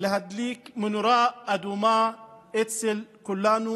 הם סוג של אורחים שאפשרו להם לחיות כאן.